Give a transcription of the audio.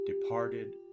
departed